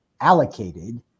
allocated